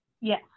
Yes